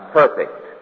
perfect